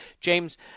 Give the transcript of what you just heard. James